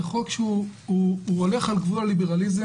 זה חוק שהולך על גבול הליברליזם,